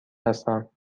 هستم